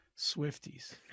Swifties